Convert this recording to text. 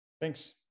Thanks